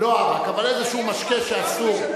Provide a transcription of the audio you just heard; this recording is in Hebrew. לא, הכוונה לאיזשהו משקה שאסור.